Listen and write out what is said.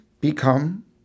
become